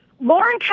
Lauren